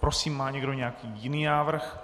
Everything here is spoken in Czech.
Prosím má někdo nějaký jiný návrh?